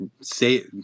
say